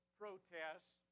protests